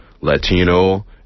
Latino